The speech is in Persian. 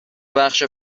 بخش